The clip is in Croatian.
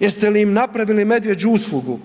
Jeste li im napravili medvjeđu uslugu?